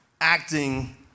acting